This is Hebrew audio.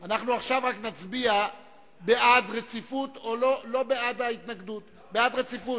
אנחנו נצביע בעד דין רציפות או נגד דין רציפות.